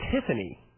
Tiffany